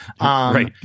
Right